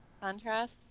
Contrast